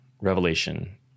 Revelation